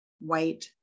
white